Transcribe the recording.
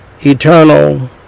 eternal